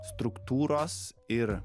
struktūros ir